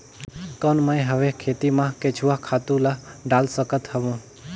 कौन मैं हवे खेती मा केचुआ खातु ला डाल सकत हवो?